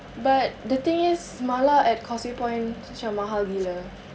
but the thing is mala at causeway point macam mahal gila